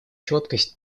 четкость